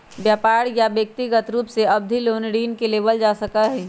व्यापार या व्यक्रिगत रूप से अवधि लोन ऋण के लेबल जा सका हई